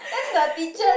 then the teacher